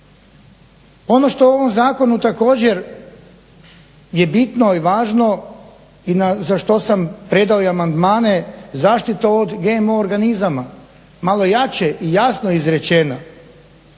Ono što u ovom zakonu također je bitno i važno i za što sam predao amandmane zaštita od GMO organizama malo jače i jasnije izrečeno